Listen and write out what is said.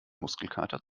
muskelkater